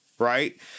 Right